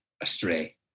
astray